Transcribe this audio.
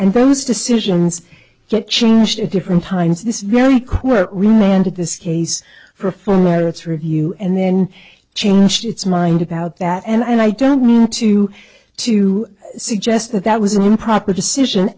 and those decisions get changed at different times this very quiet remanded this case for a full merits review and then changed its mind about that and i don't want to to suggest that that was an improper decision